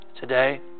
today